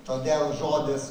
todėl žodis